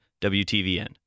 WTVN